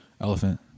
elephant